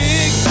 Big